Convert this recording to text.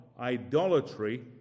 idolatry